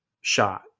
shot